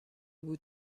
بود